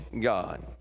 God